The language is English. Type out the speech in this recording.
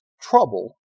trouble